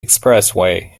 expressway